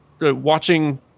watching